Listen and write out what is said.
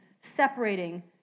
separating